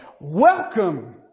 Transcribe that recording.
welcome